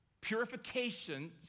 purification